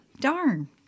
darn